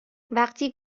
وقتی